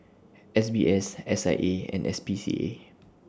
S B S S I A and S P C A